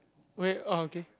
where oh okay